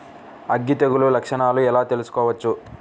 అగ్గి తెగులు లక్షణాలను ఎలా తెలుసుకోవచ్చు?